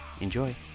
Enjoy